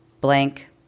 Blank